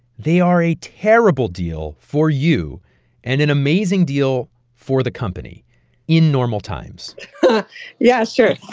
they are a terrible deal for you and an amazing deal for the company in normal times yeah, sure.